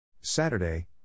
Saturday